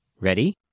Ready